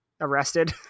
arrested